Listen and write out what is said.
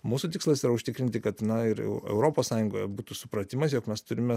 mūsų tikslas yra užtikrinti kad na ir eu europos sąjungoje būtų supratimas jog mes turime